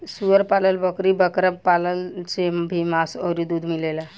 सूअर पालन, बकरी बकरा पालन से भी मांस अउरी दूध मिलेला